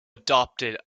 adopted